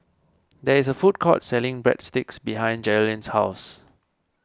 there is a food court selling Breadsticks behind Jerrilyn's house